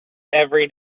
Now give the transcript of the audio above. every